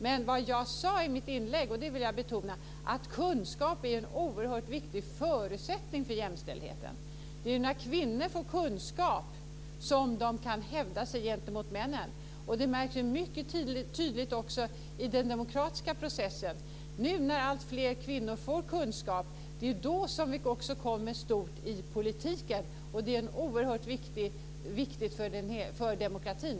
Men det jag sade i mitt inlägg var, och det vill jag betona, att kunskap är en oerhört viktig förutsättning för jämställdheten. Det är när kvinnor får kunskap som de kan hävda sig gentemot männen. Det märks mycket tydligt också i den demokratiska processen. Det är nu när alltfler kvinnor får kunskap som vi också kommer stort i politiken. Det är oerhört viktigt för demokratin.